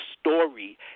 story